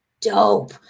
dope